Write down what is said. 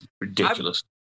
Ridiculous